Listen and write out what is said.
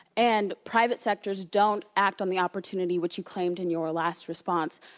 and private sectors don't act on the opportunity which you claimed in your last response,